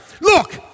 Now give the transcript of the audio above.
Look